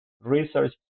research